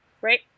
right